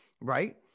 right